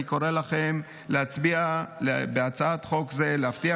אני קורא לכם להצביע בעד הצעת חוק זו ולהבטיח